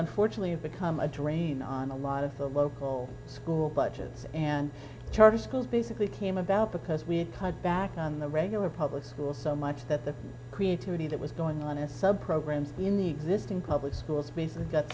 unfortunately become a drain on a lot of the local school budgets and charter schools basically came about because we had cut back on the regular public school so much that the creativity that was going on a sub programs in the existing public schools